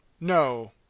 No